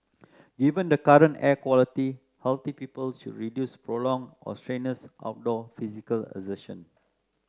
given the current air quality healthy people should reduce prolonged or strenuous outdoor physical exertion